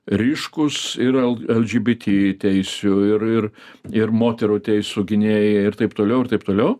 ryškūs ir lgbt teisių ir ir ir moterų teisų gynėjai ir taip toliau ir taip toliau